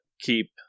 keep